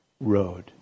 road